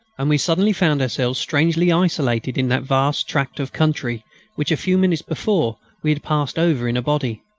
and we suddenly found ourselves strangely isolated in that vast tract of country which, a few minutes before, we had passed over in a body.